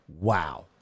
Wow